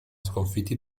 sconfitti